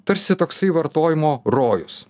tarsi toksai vartojimo rojus